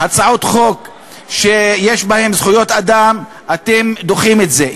חוק שיש בהן זכויות אדם, אתם דוחים את זה.